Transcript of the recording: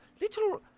little